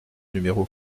numéro